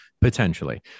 potentially